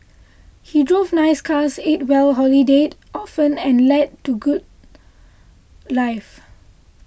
he drove nice cars ate well holidayed often and led to good life